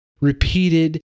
repeated